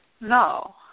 No